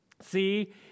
See